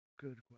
good